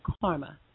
Karma